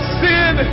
sin